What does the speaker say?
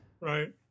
Right